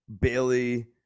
Bailey